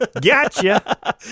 Gotcha